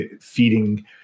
feeding